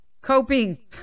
coping